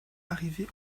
arrivé